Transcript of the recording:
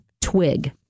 twig